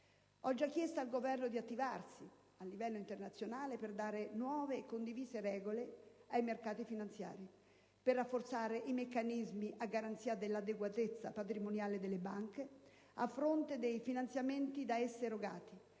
Ho già chiesto al Governo di attivarsi a livello internazionale per dare nuove e condivise regole ai mercati finanziari, per rafforzare i meccanismi a garanzia dell'adeguatezza patrimoniale delle banche, a fronte dei finanziamenti da esse erogati,